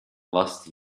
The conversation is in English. last